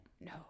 No